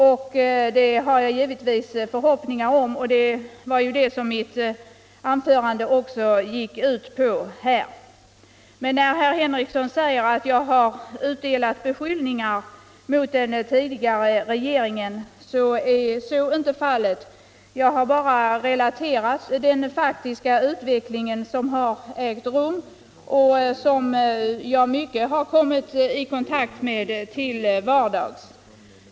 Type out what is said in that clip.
Det hyser jag givetvis förhoppningar om. Det var också det mitt anförande här gick ut på. Men när herr Henrikson gör gällande att jag har utdelat beskyllningar mot den tidigare regeringen, vill jag påstå att så inte är fallet. Jag har bara relaterat den faktiska utveckling som har ägt rum och som jag har kommit mycket i kontakt med till vardags.